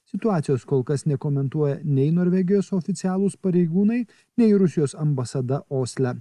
situacijos kol kas nekomentuoja nei norvegijos oficialūs pareigūnai nei rusijos ambasada osle